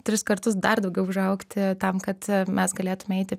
tris kartus dar daugiau užaugti tam kad mes galėtume eiti